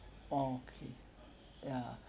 orh okay ya